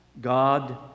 God